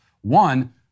One